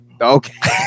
Okay